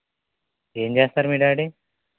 ఏం చేస్తారు మీ డాడీ